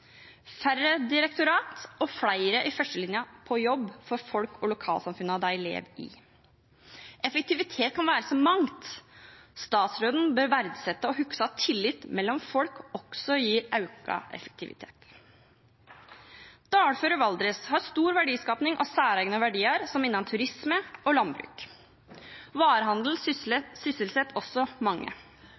færre direktorat og flere i førstelinjen på jobb for folk og lokalsamfunnene de lever i. Effektivitet kan være så mangt. Statsråden bør verdsette og huske at tillit mellom folk også gir økt effektivitet. Dalføret Valdres har stor verdiskaping av særegne verdier, som innen turisme og landbruk. Varehandel sysselsetter også mange.